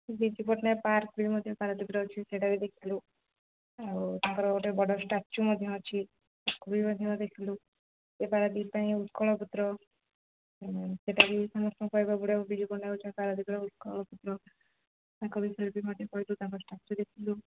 Biju Patnaik park ବି ମଧ୍ୟ ପାରାଦ୍ୱୀପରେ ଅଛି ସେଇଟା ବି ଦେଖିଲୁ ଆଉ ତାଙ୍କର ଗୋଟେ ବଡ଼ ଷ୍ଟାଚୁ ମଧ୍ୟ ଅଛି ତାକୁ ବି ମଧ୍ୟ ଦେଖିଲୁ ସେ ପାରାଦ୍ୱୀପ ପାଇଁ ଉତ୍କଳ ପୁତ୍ର ସେଟା ବି ସମସ୍ତଙ୍କୁ କହିବାକୁ ପଡ଼ିବ ବିଜୁ ପଟ୍ଟନାୟକ ଅଛନ୍ତି ପାରାଦ୍ୱୀପ ଉତ୍କଳ ପୁତ୍ର ତାଙ୍କ ବିଷୟରେ ବି ମଧ୍ୟ କହିଲୁ ତାଙ୍କ ଷ୍ଟାଚୁ ଦେଖିଲୁ